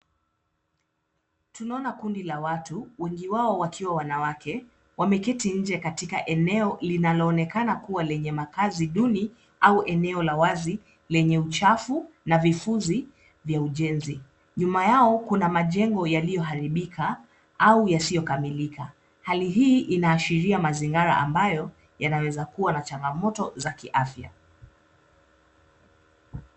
Tunaona kundi la watu, wengi wao wakiwa wanawake, wameketi nje katika eneo linaonekana kuwa lenye makazi duni au eneo la wazi lenye uchafu na vifuzi vya ujenzi. Nyuma yao kuna majengo yaliyo haribika au yasiyo kamilika. Hali hii ina ashiria mazingira ambayo yanaweza kuwa na changamoto za kiafya.